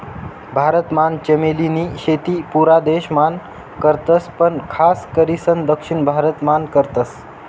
भारत मान चमेली नी शेती पुरा देश मान करतस पण खास करीसन दक्षिण भारत मान करतस